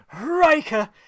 Riker